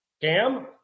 Cam